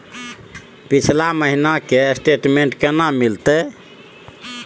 पिछला महीना के स्टेटमेंट केना मिलते?